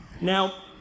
Now